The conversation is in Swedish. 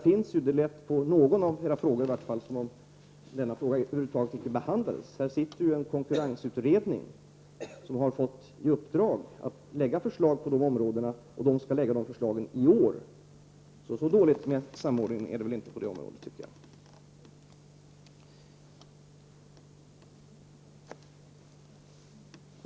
På en av era frågor lät det som om detta över huvud taget icke behandlades, men det sitter ju nu en konkurrensutredning som har fått i uppdrag att lägga fram förslag på dessa områden, och dessa förslag skall läggas fram i år. Så dåligt ställt är det alltså inte med samordningen på detta område.